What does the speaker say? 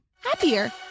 happier